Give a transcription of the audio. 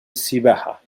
السباحة